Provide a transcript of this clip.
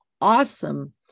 awesome